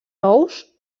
ous